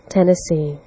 Tennessee